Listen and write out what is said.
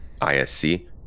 isc